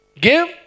Give